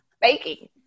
baking